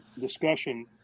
discussion